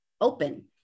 open